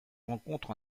rencontre